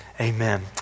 amen